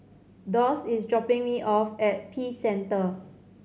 Doss is dropping me off at Peace Centre